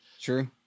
True